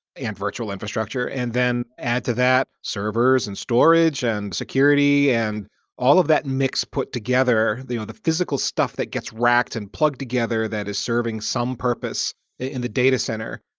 and virtual infrastructure. then, add to that, servers, and storage, and security, and all of that mix put together, the the physical stuff that gets racked and plugged together that is serving some purpose in the datacenter,